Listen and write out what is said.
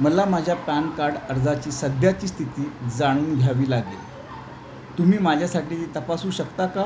मला माझ्या PAN card अर्जाची सध्याची स्थिती जाणून घ्यावी लागेल तुम्ही माझ्यासाठी तपासू शकता का